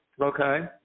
Okay